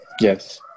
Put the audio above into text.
Yes